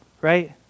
right